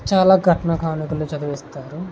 చాలా కట్న కానుకలు చదివిస్తారు